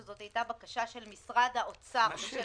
שזאת הייתה בקשה של משרד האוצר ושל